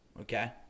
Okay